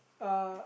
uh